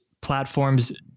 platforms